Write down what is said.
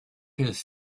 has